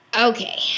Okay